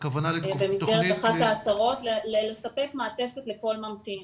במסגרת אחת ההצהרות לספק מעטפת לכל ממתין,